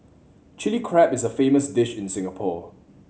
Chilli Crab is a famous dish in Singapore